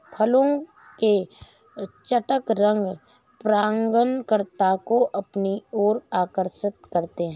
फूलों के चटक रंग परागणकर्ता को अपनी ओर आकर्षक करते हैं